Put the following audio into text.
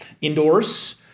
indoors